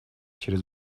через